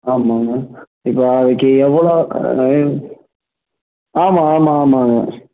ஆமாங்கணா இப்போ அதுக்கு எவ்வளோ ஆமாம் ஆமாம் ஆமாங்க